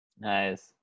Nice